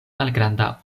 malgranda